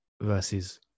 versus